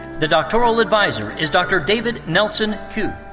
the doctoral adviser is dr. david nelson ku.